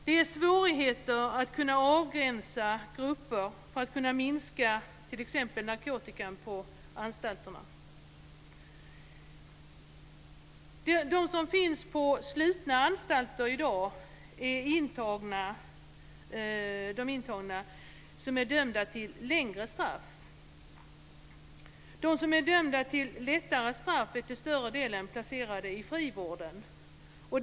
Det är svårigheter att kunna avgränsa grupper för att kunna minska t.ex. narkotikan på anstalterna. De som finns på slutna anstalter i dag är intagna som är dömda till längre straff. De som är dömda till lättare straff är till större delen placerade i frivården.